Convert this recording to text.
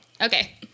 okay